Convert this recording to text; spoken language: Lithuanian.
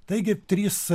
taigi trys